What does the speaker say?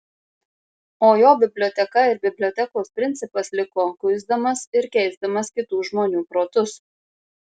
o jo biblioteka ir bibliotekos principas liko kuisdamas ir keisdamas kitų žmonių protus